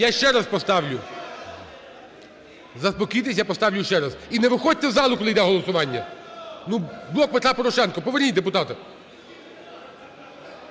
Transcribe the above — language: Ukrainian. Я ще раз поставлю. Заспокойтесь, я поставлю ще раз. І не виходьте з залу, коли йде голосування! Ну, "Блок Петра Порошенка", поверніть депутата!